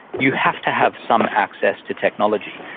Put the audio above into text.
you have to have some access to technology.